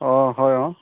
অঁ হয় অঁ